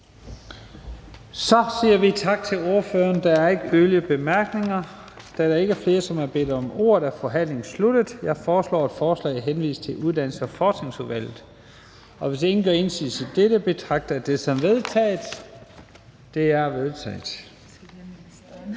Så siger vi tak til ordføreren. Der er ikke yderligere korte bemærkninger. Da der ikke er flere, der har bedt om ordet, er forhandlingen sluttet. Jeg foreslår, at forslaget henvises til Uddannelses- og Forskningsudvalget. Hvis ingen gør indsigelse, betragter jeg dette som vedtaget. Det er vedtaget.